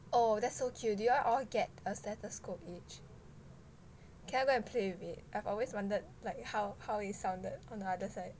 oh that's so cute do you all get a stethoscope each can I go and play with it I've always wondered like how how it sounded on the other side